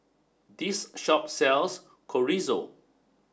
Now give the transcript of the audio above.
this shop sells Chorizo